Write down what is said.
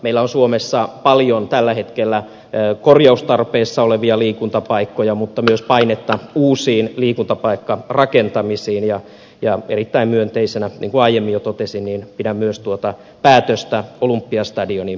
meillä on suomessa tällä hetkellä paljon korjaustarpeessa olevia liikuntapaikkoja mutta myös painetta uusiin liikuntapaikkarakentamisiin ja erittäin myönteisenä niin kuin aiemmin jo totesin pidän myös tuota päätöstä olympiastadionin peruskorjaamisesta